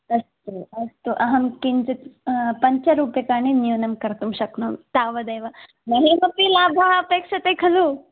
अस्तु अस्तु अहं किञ्चित् पञ्चरूप्यकाणि न्यूनं कर्तुं शक्नोमि तावदेव मह्यमपि लाभः अपेक्ष्यते खलु